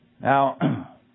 Now